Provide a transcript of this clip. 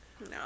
No